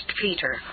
Peter